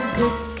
good